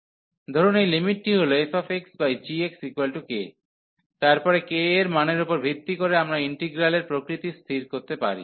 ধরুন এই লিমিটটি হল fxgxk তারপরে k এর মানের উপর ভিত্তি করে আমরা ইন্টিগ্রালের প্রকৃতি স্থির করতে পারি